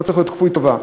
לא צריך להיות כפוי טובה,